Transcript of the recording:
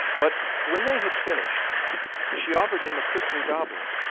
but when they had finished she offered him a crystal goblet,